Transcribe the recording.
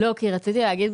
שם